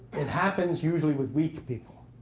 it happens usually with weak people.